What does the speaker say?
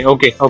Okay